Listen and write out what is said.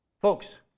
Folks